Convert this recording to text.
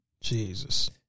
Jesus